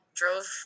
drove